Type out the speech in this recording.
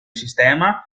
sistema